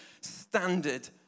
standard